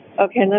Okay